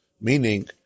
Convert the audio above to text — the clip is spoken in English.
meaning